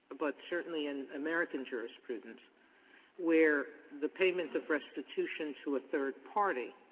but certainly in american jurisprudence where the payment of restitution to a third party